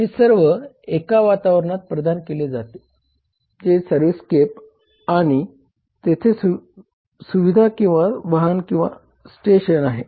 हे सर्व एका वातावरणात प्रदान केले जाते जे सर्व्हिसस्केप आहे आणि तेथे सुविधा किंवा वाहन आणि स्टेशन आहे